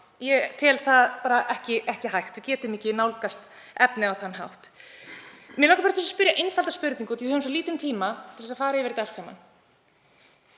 Ég tel það ekki hægt. Við getum ekki nálgast efnið á þann hátt. Mig langar til að spyrja einfaldra spurninga af því að við höfum svo lítinn tíma til að fara yfir þetta allt saman.